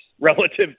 relative